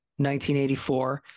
1984